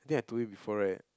think I told you before [right]